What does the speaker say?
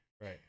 Right